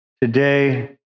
today